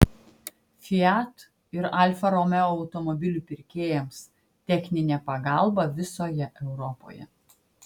fiat ir alfa romeo automobilių pirkėjams techninė pagalba visoje europoje